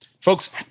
Folks